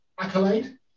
accolade